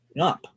up